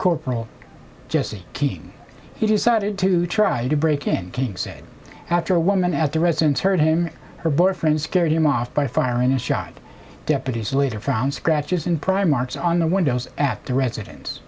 corporal jesse keene he decided to try to break in king said after a woman at the residence heard him her boyfriend scared him off by firing a shot deputies later found scratches in prime marks on the windows at the residen